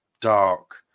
dark